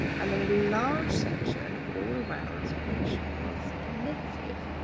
and then a large section all around which was negative.